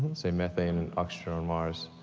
say, methane-oxygen on mars.